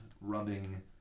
rubbing